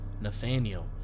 Nathaniel